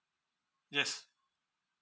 yes